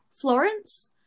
Florence